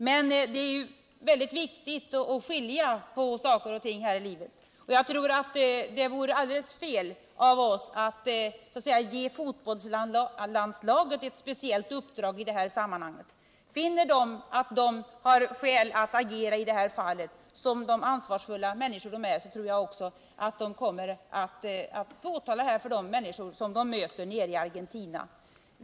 Men det är mycket viktigt att skilja på saker och ting här i livet, och jag tror att det vore alldeles fel av oss alt ge fotbollslandslaget et speciellt uppdrag i detta sammanhang. Finner VM laget, som de ansvarsfulla människor de är, att de har skäl att agera i det här fallet, tror jag att de kommer att påtala fallet Dagmar Hagelin för de människor som de möter i Argentina.